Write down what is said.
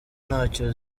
ntacyo